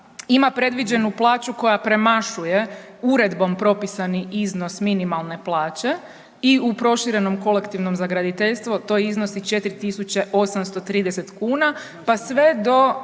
ima predviđenu plaću koja premašuje uredbom propisani iznos minimalno plaće i u proširenom kolektivnom za graditeljstvo to iznosi 4.830 kuna, pa sve do